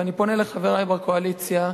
ואני פונה לחברי בקואליציה,